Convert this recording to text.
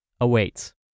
awaits